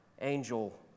angel